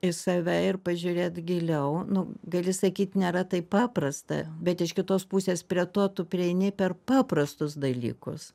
į save ir pažiūrėt giliau nu gali sakyt nėra taip paprasta bet iš kitos pusės prie to tu prieini per paprastus dalykus